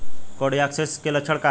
Coccidiosis के लक्षण का ह?